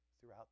throughout